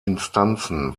instanzen